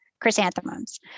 chrysanthemums